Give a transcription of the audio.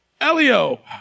Elio